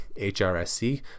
hrsc